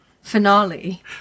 finale